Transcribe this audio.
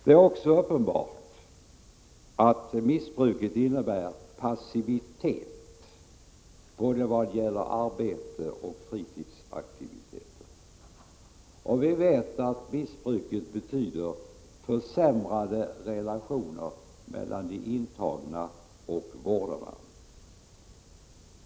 Det är också uppenbart att missbruket innebär passivitet, både vad gäller arbete och fritidsaktiviteter. Vi vet att missbruket betyder försämrade relationer mellan de intagna och vårdarna.